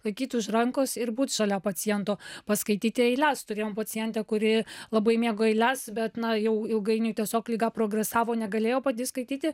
laikyt už rankos ir būt šalia paciento paskaityti eiles turėjom pacientę kuri labai mėgo eiles bet na jau ilgainiui tiesiog liga progresavo negalėjo pati skaityti